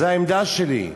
זו העמדה שלי,